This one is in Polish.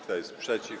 Kto jest przeciw?